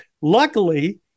Luckily